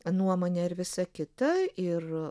nuomonę ir visa kita ir